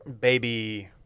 baby